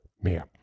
mehr